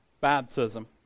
baptism